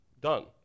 done